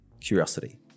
curiosity